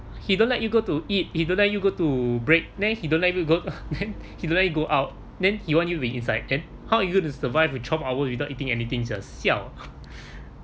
he don't let you go to eat he don't let you go to break then he don't let you go then he let you go out then he want you to be inside then how you survive with twelve hours without eating anything sia siao